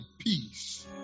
Peace